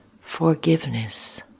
forgiveness